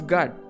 God